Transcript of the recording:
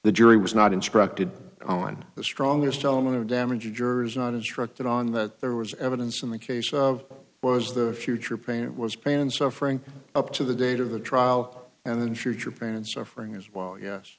the jury was not instructed on the strongest element of damage jurors not instructed on that there was evidence in the case of was the future payment was pain and suffering up to the date of the trial and ensure pain and suffering as well yes